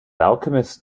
alchemists